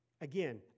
Again